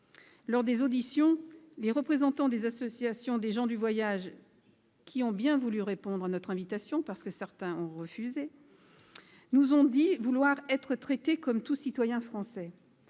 Lors des auditions, les représentants des associations de gens du voyage qui ont bien voulu répondre à notre invitation- certains ont refusé -ont déclaré que ceux-ci voulaient être traités comme tout citoyen français.